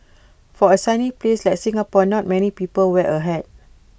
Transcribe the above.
for A sunny place like Singapore not many people wear A hat